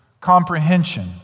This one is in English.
Comprehension